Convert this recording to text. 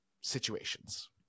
situations